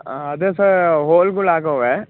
ಅದೇ ಸರ್ ಹೋಲ್ಗಳಾಗಿವೆ